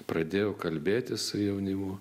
pradėjau kalbėtis su jaunimu